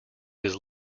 his